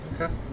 Okay